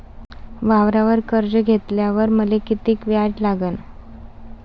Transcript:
वावरावर कर्ज घेतल्यावर मले कितीक व्याज लागन?